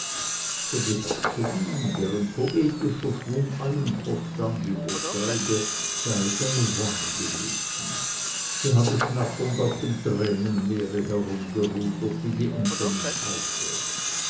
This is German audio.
für die herzogin deren poetischer schwung allen verstand übersteige sei es eine wonne gewesen sie habe schnatternd auf dem tränenmeere herumgerudert wie die enten im teiche